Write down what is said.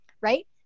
Right